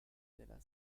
della